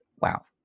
wow